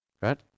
Right